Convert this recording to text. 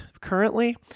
currently